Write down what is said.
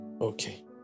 okay